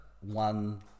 one